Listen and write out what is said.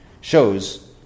shows